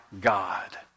god